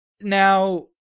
Now